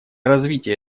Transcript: развития